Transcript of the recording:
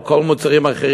או על כל המוצרים האחרים,